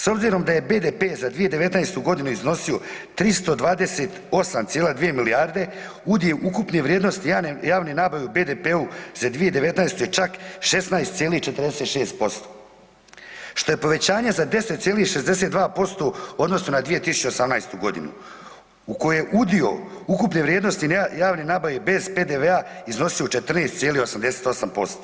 S obzirom da je BDP za 2019.g. iznosio 328,2 milijarde udio ukupne vrijednosti javne nabave u BDP-u za 2019.je čak 16,46% što je povećanje za 10,62% u odnosu na 2018.g. u kojoj je udio ukupne vrijednosti javne nabave bez PDV-a iznosio 14,88%